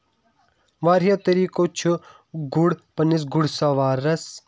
واریاہو طٔریٖقو چھُ گُر پَنٕننِس گُر سوارَس